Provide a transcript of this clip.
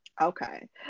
Okay